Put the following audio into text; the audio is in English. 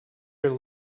your